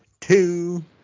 two